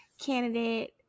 candidate